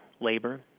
labor